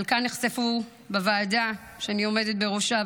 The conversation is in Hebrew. חלקן נחשפו בוועדה שאני עומדת בראשה,